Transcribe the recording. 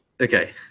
Okay